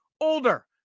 older